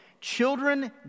children